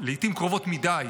לעיתים קרובות מדי,